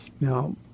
Now